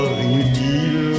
inutile